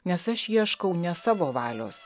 nes aš ieškau ne savo valios